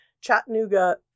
Chattanooga